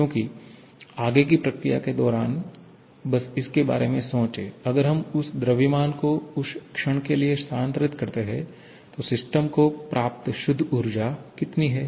क्योंकि आगे की प्रक्रिया के दौरान बस इसके बारे में सोचें अगर हम उस द्रव्यमान को उस क्षण के लिए स्थानांतरित करते हैं तो सिस्टम को प्राप्त शुद्ध ऊर्जा कितनी है